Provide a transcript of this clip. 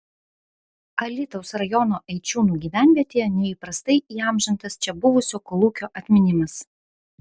alytaus rajono eičiūnų gyvenvietėje neįprastai įamžintas čia buvusio kolūkio atminimas